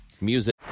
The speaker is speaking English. music